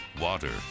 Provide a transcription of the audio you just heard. Water